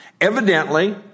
Evidently